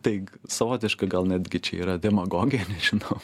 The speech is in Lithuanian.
tai savotiška gal netgi čia yra demagogija nežinau